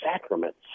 sacraments